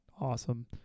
awesome